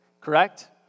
Correct